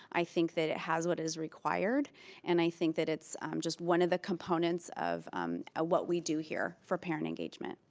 i think that it has what is required and i think that it's just one of the components of ah what we do here for parent engagement.